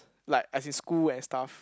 like as in school and stuff